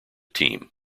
team